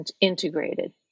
integrated